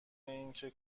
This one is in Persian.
اینکه